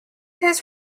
his